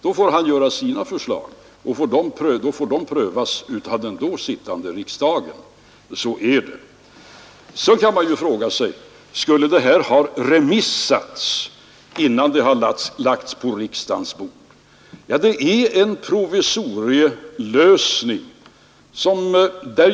Då får han göra sina förslag och får dem prövade av den då sittande riksdagen. Så är det. Man kan fråga sig om det här förslaget borde ha remitterats innan det lades på riksdagens bord. Förslaget innebär en provisorisk lösning.